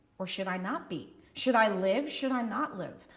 or should i not be? should i live? should i not live?